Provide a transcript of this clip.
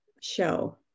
show